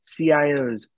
CIOs